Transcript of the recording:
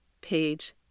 page